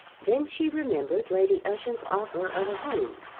then she remembered lady ushant's offer of a home,